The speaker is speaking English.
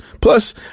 Plus